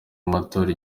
y’amatora